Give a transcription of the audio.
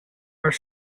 are